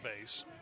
base